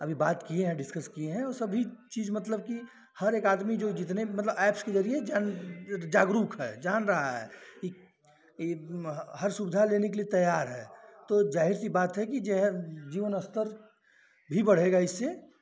अभी बात किए हैं डिस्कस किए हैं उन सभी चीज़ मतलब की हर एक आदमी जो जितने भी मतलब एप्स के ज़रिये जागरूक है जान रहा है कि यह हर सुविधा लेने के लिए तैयार है तो ज़ाहिर सी बात है कि जो है जीवन अस्तर भी बढ़ेगा इससे